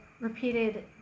repeated